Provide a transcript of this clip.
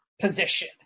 position